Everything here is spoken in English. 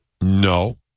No